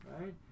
right